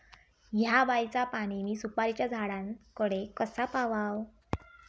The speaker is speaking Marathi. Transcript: हया बायचा पाणी मी सुपारीच्या झाडान कडे कसा पावाव?